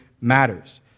matters